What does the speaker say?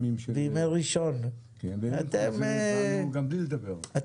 אנחנו באנו גם בלי לדבר.